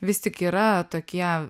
vis tik yra tokie